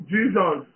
Jesus